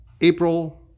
April